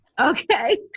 Okay